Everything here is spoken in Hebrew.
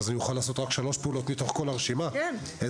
אז אני אוכל לעשות רק שלוש פעולות מתוך כל הרשימה?